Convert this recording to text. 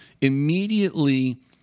immediately